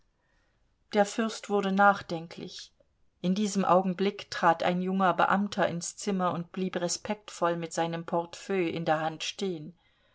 der fürst wurde nachdenklich in diesem augenblick trat ein junger beamter ins zimmer und blieb respektvoll mit seinem portefeuille in der hand stehen